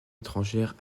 étrangères